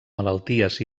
malalties